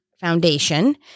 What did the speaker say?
foundation